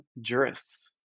jurists